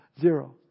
Zero